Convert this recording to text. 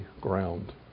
ground